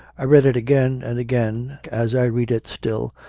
i read it again and again, as i read it still,